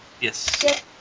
Yes